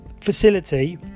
facility